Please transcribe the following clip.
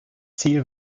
ziel